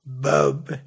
Bub